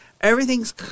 everything's